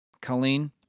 Colleen